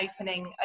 opening